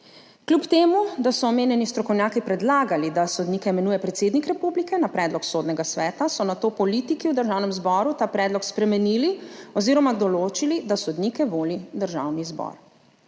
Kljub temu da so omenjeni strokovnjaki predlagali, da sodnika imenuje predsednik republike na predlog Sodnega sveta, so nato politiki v Državnem zboru ta predlog spremenili oziroma določili, da sodnike voli Državni zbor.